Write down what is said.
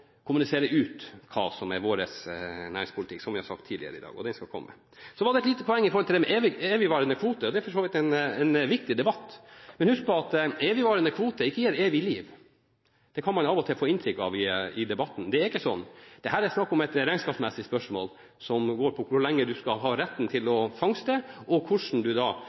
kommunisere ut hva som er vår næringspolitikk – som vi har sagt tidligere i dag – og den skal komme. Så et lite poeng i forbindelse med evigvarende kvote: Det er for så vidt en viktig debatt, men husk på at evigvarende kvote ikke gir evig liv! Det kan man av og til få inntrykk av i debatten. Det er ikke slik. Det er snakk om et regnskapsmessig spørsmål som går på hvor lenge du skal ha retten til å fangste, og hva slags avskrivningsregler som økonomisk skal brukes i regnskapet. Til debatten om evigvarende kvote, og at det da